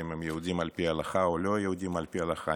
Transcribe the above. אם הם יהודים על פי ההלכה או לא יהודים על פי ההלכה.